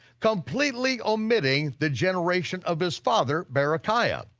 completely omitting the generation of his father berechiah.